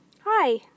Hi